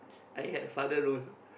I had a father role